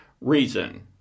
reason